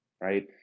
right